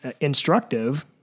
instructive